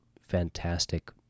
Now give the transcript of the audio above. fantastic